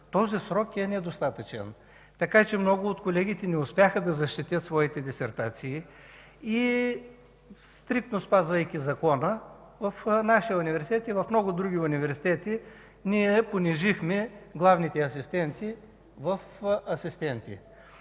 този срок е недостатъчен. Много от колегите не успяха да защитят своите дисертации и спазвайки стриктно закона в нашия университет и в много други университети ние понижихме главните асистенти в асистенти.